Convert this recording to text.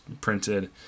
printed